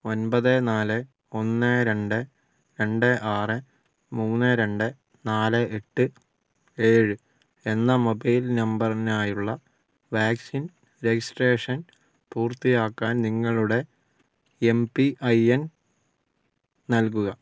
ഒൻപത് നാല് ഒന്ന് രണ്ട് രണ്ട് ആറ് മൂന്ന് രണ്ട് നാല് എട്ട് ഏഴ് എന്ന മൊബൈൽ നമ്പറിനായുള്ള വാക്സിൻ രജിസ്ട്രേഷൻ പൂർത്തിയാക്കാൻ നിങ്ങളുടെ എം പി ഐ എൻ നൽകുക